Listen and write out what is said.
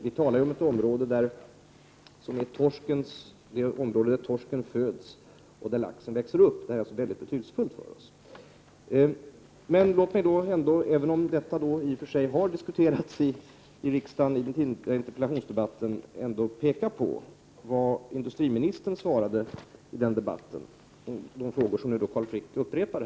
Vi talar om ett område där torsken föds och laxen växer upp. Det är således mycket betydelsefulla områden för oss. Detta har diskuterats tidigare i riksdagen i en interpellationsdebatt. Låt mig då peka på vad industriministern svarade i den debatten på de frågor som Carl Frick nu upprepar.